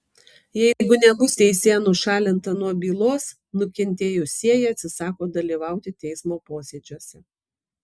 jeigu nebus teisėja nušalinta nuo bylos nukentėjusieji atsisako dalyvauti teismo posėdžiuose